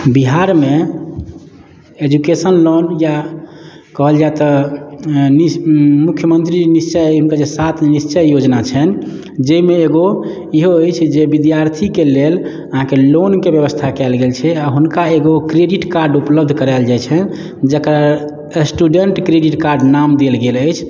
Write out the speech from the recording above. बिहारमे education loan या कहल जाइ तऽ मुख्यमन्त्री निश्चयके जे सात निश्चय योजना छनि जेहिमे एगो इहो अछि जे विद्यार्थीके लेल अहाँके लोनके व्यवस्था कयल गेल छै आ हुनका एगो क्रेडिट कार्ड उपलब्ध कराओल जाइ छनि जेकर स्टूडेन्ट क्रेडिट कार्ड नाम देल गेल अछि